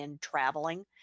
traveling